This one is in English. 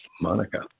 Monica